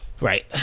Right